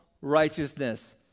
righteousness